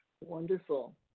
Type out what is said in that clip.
wonderful